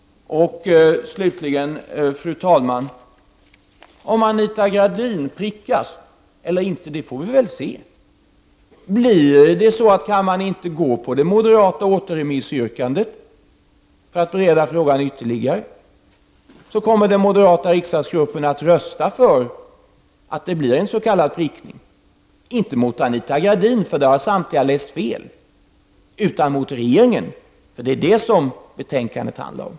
Fru talman! Om Anita Gradin prickas eller inte — det får vi väl se. Om kammaren inte går på det moderata återremissyrkandet för att bereda frågan ytterligare, kommer den moderata riksdagsgruppen rösta för att det blir en s.k. prickning. Men det är inte mot Anita Gradin — för där har samtliga läst fel — utan mot regeringen. Det är det som betänkandet handlar om.